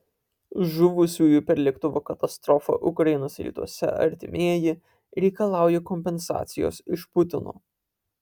žuvusiųjų per lėktuvo katastrofą ukrainos rytuose artimieji reikalauja kompensacijos iš putino